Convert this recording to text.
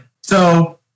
So-